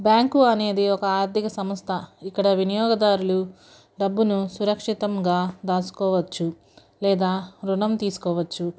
bank అనేది ఒక ఆర్థిక సంస్థ ఇక్కడ వినియోగదారులు డబ్బును సురక్షితంగా దాచుకోవచ్చు లేదా రుణం తీసుకోవచ్చు